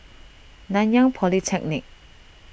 Nanyang Polytechnic